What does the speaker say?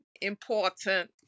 important